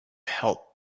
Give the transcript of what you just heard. help